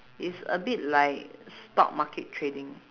is a bit like stock market trading